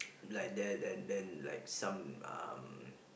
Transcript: like there and then like some um